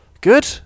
good